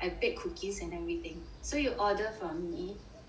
I bake cookies and everything so you order from me like